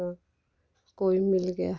କୋଇ ମିଲ୍ ଗେୟା